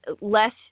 less